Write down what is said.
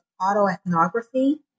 autoethnography